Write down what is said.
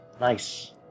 Nice